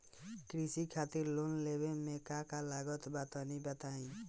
कृषि खातिर लोन लेवे मे का का लागत बा तनि बताईं?